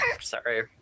Sorry